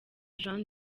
jean